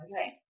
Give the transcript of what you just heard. okay